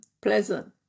pleasant